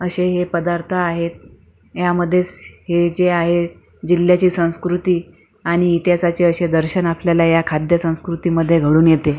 असे हे पदार्थ आहेत यामधे हे जे आहे जिल्ह्याची संस्कृती आणि इतिहासाचे असे दर्शन आपल्याला या खाद्यसंस्कृतीमध्ये घडून येते